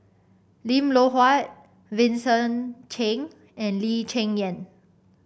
Lim Loh Huat Vincent Cheng and Lee Cheng Yan